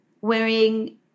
Wearing